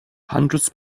hundreds